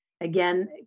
again